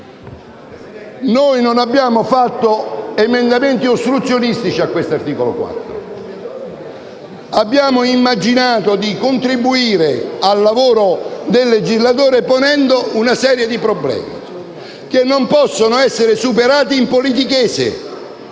Noi non abbiamo presentato emendamenti ostruzionistici all'articolo 4. Abbiamo immaginato di contribuire al lavoro del legislatore ponendo una serie di problemi che non possono essere superati in politichese.